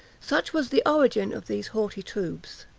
such was the origin of these haughty troops,